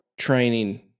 Training